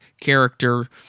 character